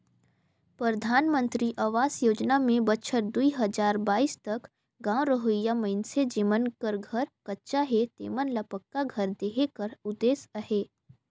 परधानमंतरी अवास योजना में बछर दुई हजार बाइस तक गाँव रहोइया मइनसे जेमन कर घर कच्चा हे तेमन ल पक्का घर देहे कर उदेस अहे